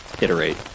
iterate